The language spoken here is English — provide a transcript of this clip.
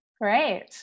Great